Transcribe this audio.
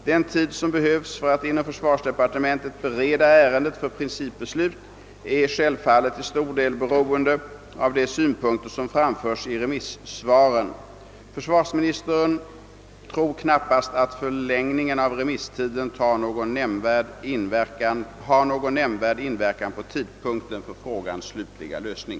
Den tid som behövs för att inom försvarsdepartementet bereda ären det för principbeslut är självfallet till stor del beroende av de synpunkter som framförs i remissvaren. Försvarsministern tror knappast att förlängningen av remisstiden har någon nämnvärd inverkan på tidpunkten för frågans slutliga lösning.